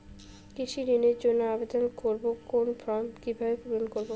কৃষি ঋণের জন্য আবেদন করব কোন ফর্ম কিভাবে পূরণ করব?